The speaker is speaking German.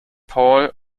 paul